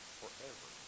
forever